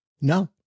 No